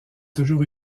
toujours